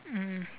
mm